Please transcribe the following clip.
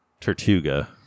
Tortuga